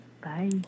Bye